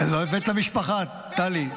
לא הבאת את המשפחה, טלי.